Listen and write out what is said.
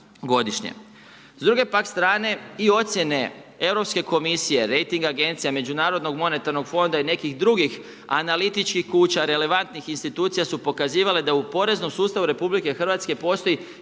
S druge pak strane i ocjene Europske komisije, rejting agencija, međunarodnog monetarnog fonda i nekih drugih analitičkih kuća, relevantnih institucija su pokazivale da u poreznom sustavu RH postoji